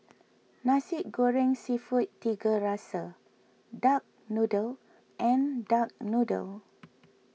Nasi Goreng Seafood Tiga Rasa Duck Noodle and Duck Noodle